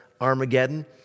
Armageddon